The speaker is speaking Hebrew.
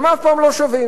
הם אף פעם לא שווים.